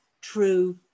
true